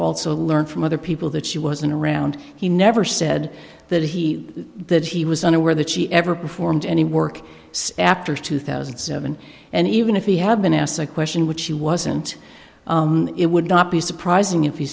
also learned from other people that she wasn't around he never said that he that he was unaware that she ever performed any work after two thousand and seven and even if he had been asked a question which she wasn't it would not be surprising if he